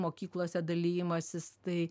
mokyklose dalijimasis tai